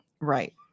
Right